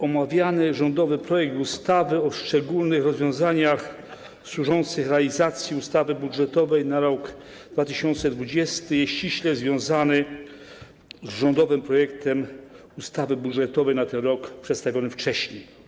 Omawiany rządowy projekt ustawy o szczególnych rozwiązaniach służących realizacji ustawy budżetowej na rok 2020 jest ściśle związany z rządowym projektem ustawy budżetowej na ten rok, przedstawionym wcześniej.